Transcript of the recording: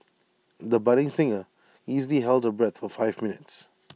the budding singer easily held her breath for five minutes